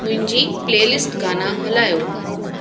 मुंहिंजी प्लेलिस्ट गाना हलायो